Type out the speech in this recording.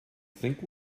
think